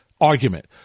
argument